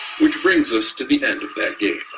which brings us to the end of that game,